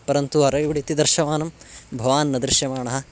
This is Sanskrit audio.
परन्तु अरैव्ड् इति दर्शमानं भवान् न दृश्यमानः